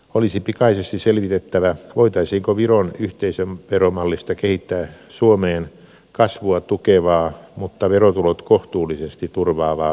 olisi pikaisesti selvitettävä voitaisiinko viron yhteisöveromallista kehittää suomeen kasvua tukevaa mutta verotulot kohtuullisesti turvaavaa versiota